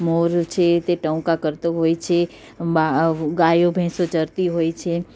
મોર છે તે ટહુકા કરતો હોય છે ગાયો ભેંસો ચરતી હોય છે